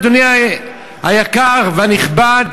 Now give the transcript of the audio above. אדוני היקר והנכבד,